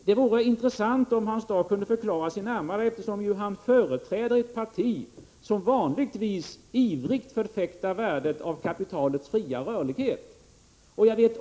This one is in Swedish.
Det vore intressant om Hans Dau kunde förklara sig närmare, eftersom han företräder ett parti som vanligtvis ivrigt förfäktar värdet av kapitalets fria rörlighet.